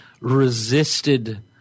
resisted